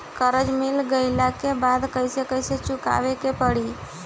कर्जा मिल गईला के बाद कैसे कैसे चुकावे के पड़ी?